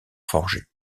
forgé